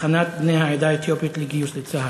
הכנת בני העדה האתיופית לגיוס בצה"ל.